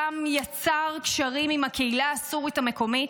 שם יצר קשרים עם הקהילה הסורית המקומית,